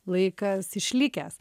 laikas išlikęs